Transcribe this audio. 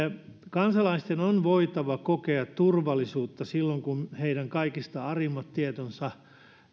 kansalaisten on voitava kokea turvallisuutta silloin kun heidän kaikista arimmat tietonsa